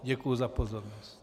Děkuji za pozornost.